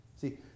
See